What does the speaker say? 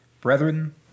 Brethren